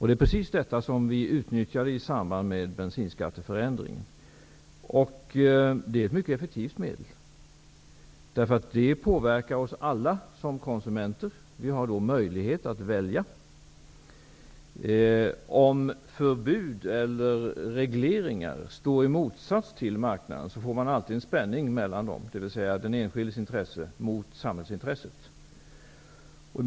Det är precis detta som vi utnyttjade i samband med bensinskatteförändringen. Det är ett mycket effektivt medel. Det påverkar oss alla såsom konsumenter. Vi har då möjlighet att välja. Om förbud eller regleringar står i motsats till marknaden, får man alltid en spänning mellan dem, dvs. mellan den enskildes intresse och samhällsintresset.